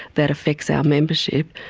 that affects our membership.